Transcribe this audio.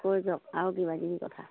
কৈ যাওক আৰু কিবাকিবি কথা